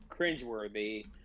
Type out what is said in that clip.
cringeworthy